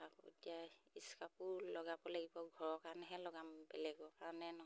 আকৌ এতিয়া স্কাৰ্ফো লগাব লাগিব ঘৰৰ কাৰণেহে লগাম বেলেগৰ কাৰণে নহয়